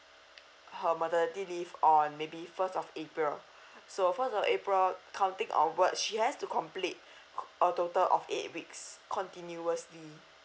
her maternity leave on maybe first of april so first of april counting onwards she has to complete a total of eight weeks continuously